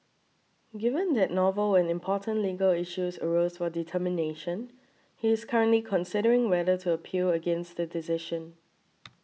given that novel and important legal issues arose for determination he is currently considering whether to appeal against the decision